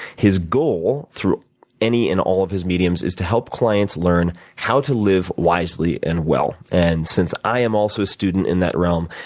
his goal through any and all of his mediums is to help clients learn how to live wisely and well. and since i am also a student in that realm,